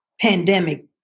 pandemic